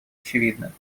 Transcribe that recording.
очевидным